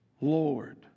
Lord